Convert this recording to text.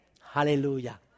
Hallelujah